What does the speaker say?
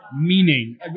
meaning